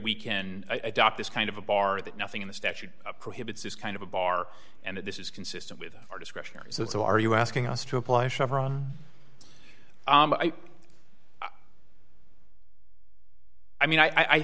we can adopt this kind of a bar that nothing in the statute prohibits this kind of a bar and this is consistent with our discretionary so are you asking us to apply chevron i mean i